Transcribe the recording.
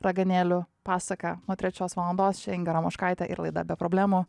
raganėlių pasaka po trečios valandos šenga ramoškaitė ir laida be problemų